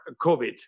COVID